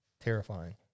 Terrifying